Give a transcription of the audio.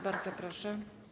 Bardzo proszę.